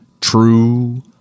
True